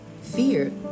fear